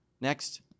Next